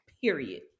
Period